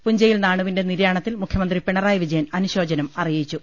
പുഞ്ചയിൽ നാണുവിന്റെ നിര്യാണത്തിൽ മുഖ്യ മന്ത്രി പിണറായി വിജയൻ അനുശോചനം അറിയിച്ചു